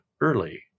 early